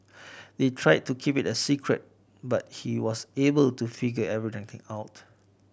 they tried to keep it a secret but he was able to figure everything out